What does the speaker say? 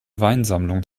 weinsammlung